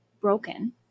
broken